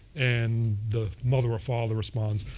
and the mother or father responds,